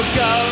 go